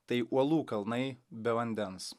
tai uolų kalnai be vandens